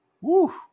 Woo